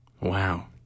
Wow